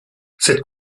cette